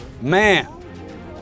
man